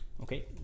Okay